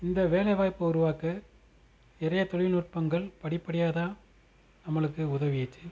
இந்த வேலைவாய்ப்பை உருவாக்க நிறையா தொழில்நுட்பங்கள் படிப்படியாகதான் நம்மளுக்கும் உதவிச்சு